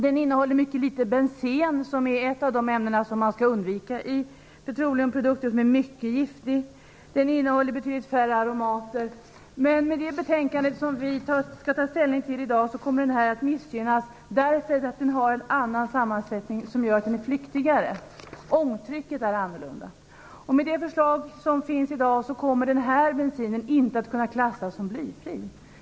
Den innehåller mycket litet bensen, som är ett av de ämnen som man skall undvika i petroleumprodukter och som är mycket giftigt. Den innehåller betydligt färre aromater. Vid bifall till det betänkande som vi skall ta ställning till i dag kommer akrylatbensinen att missgynnas därför att den har en annan sammansättning som gör att den är flyktigare - ångtrycket är annorlunda. Med det förslag som finns i dag kommer den bensinen inte att kunna klassas som blyfri.